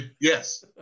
yes